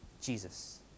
Jesus